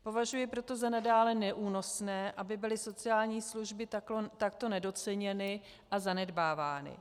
Považuji proto za nadále neúnosné, aby byly sociální služby takto nedoceněny a zanedbávány.